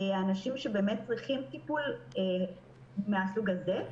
מדובר באנשים שממש צריכים טיפול מהסוג הזה,